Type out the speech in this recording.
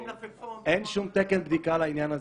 אין שום תקן בדיקה לעניין הזה.